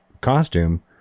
costume